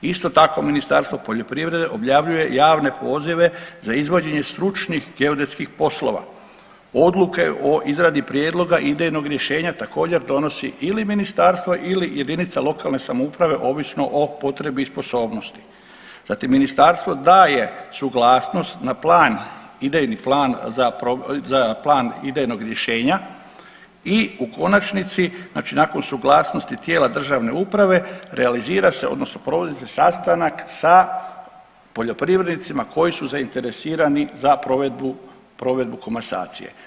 Isto tako Ministarstvo poljoprivrede objavljuje javne pozive za izvođenje stručnih geodetskih poslova, odluke o izradi prijedloga idejnog rješenja također donosi ili ministarstvo ili JLS ovisno o potrebi i sposobnosti, zatim ministarstvo daje suglasnost na plan, idejni plan za plan idejnog rješenja i u konačnici znači nakon suglasnosti tijela državne uprave realizira se odnosno provodi se sastanak sa poljoprivrednicima koji su zainteresirani za provedbu, provedbu komasacije.